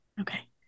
okay